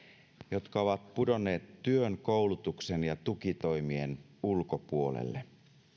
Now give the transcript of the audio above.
jotka ovat pudonneet työn koulutuksen ja tukitoimien ulkopuolelle